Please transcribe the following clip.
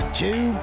two